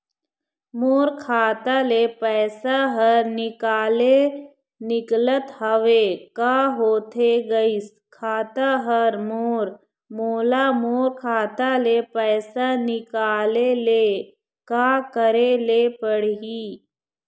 मोर खाता ले पैसा हर निकाले निकलत हवे, का होथे गइस खाता हर मोर, मोला मोर खाता ले पैसा निकाले ले का करे ले पड़ही?